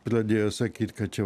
pradėjo sakyt kad čia